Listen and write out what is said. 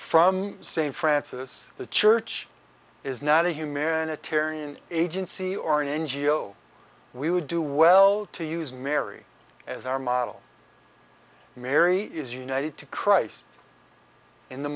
from st francis the church is not a humanitarian agency or an ngo we would do well to use mary as our model and mary is united to christ in the